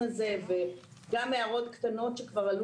הניהול.